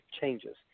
changes